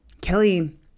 Kelly